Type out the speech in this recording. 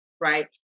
right